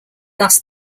thus